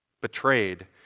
betrayed